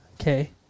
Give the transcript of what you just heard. Okay